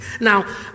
Now